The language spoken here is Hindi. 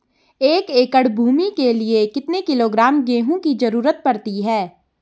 एक एकड़ भूमि के लिए कितने किलोग्राम गेहूँ की जरूरत पड़ती है?